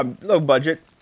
Low-budget